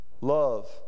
love